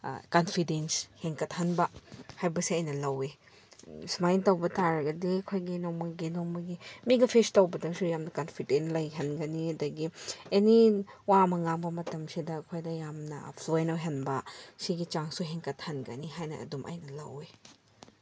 confidence ꯍꯦꯟꯀꯠꯍꯟꯕ ꯍꯥꯏꯕꯁꯦ ꯑꯩꯅ ꯂꯧꯋꯤ ꯁꯨꯃꯥꯏꯅ ꯇꯧꯕ ꯇꯥꯔꯒꯗꯤ ꯑꯩꯈꯣꯏꯒꯤ ꯅꯣꯡꯃꯒꯤ ꯅꯣꯡꯃꯒꯤ ꯃꯤꯒ ꯐꯦꯁ ꯇꯧꯕꯗꯁꯨ ꯌꯥꯝꯅ ꯀꯟꯐꯤꯗꯦꯟ ꯂꯩꯍꯟꯒꯅꯤ ꯑꯗꯒꯤ ꯑꯦꯅꯤ ꯋꯥ ꯑꯃ ꯉꯥꯡꯕ ꯃꯇꯝꯁꯤꯗ ꯑꯩꯈꯣꯏꯅ ꯌꯥꯝꯅ ꯐ꯭ꯂꯣꯌꯦꯟ ꯑꯣꯏꯍꯟꯕ ꯁꯤꯒꯤ ꯆꯥꯡꯁꯨ ꯍꯦꯟꯀꯠꯍꯟꯒꯅꯤ ꯍꯥꯏꯅ ꯑꯗꯨꯝ ꯑꯩꯅ ꯂꯧꯋꯤ